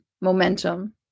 momentum